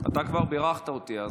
כתוצאה מכך שהוא יוצר קושי